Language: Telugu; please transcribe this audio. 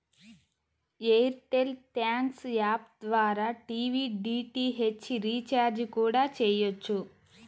ఎయిర్ టెల్ థ్యాంక్స్ యాప్ ద్వారా టీవీ డీటీహెచ్ రీచార్జి కూడా చెయ్యొచ్చు